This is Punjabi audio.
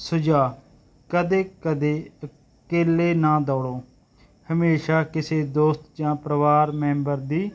ਸੁਝਾਅ ਕਦੇ ਕਦੇ ਇਕੱਲੇ ਨਾ ਦੌੜੋ ਹਮੇਸ਼ਾ ਕਿਸੇ ਦੋਸਤ ਜਾਂ ਪਰਿਵਾਰ ਮੈਂਬਰ ਦੀ